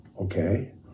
okay